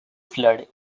flood